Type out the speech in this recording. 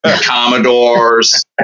Commodores